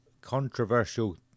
controversial